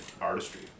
artistry